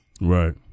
Right